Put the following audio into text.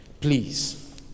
Please